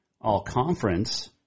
all-conference